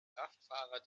kraftfahrer